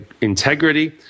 integrity